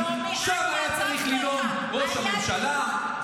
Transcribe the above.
שם היה צריך לנאום ראש הממשלה,